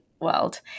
world